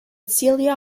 celia